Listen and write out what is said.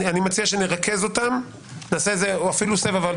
אני מציע שנרכז אותה ונעשה אפילו סבב.